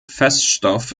feststoff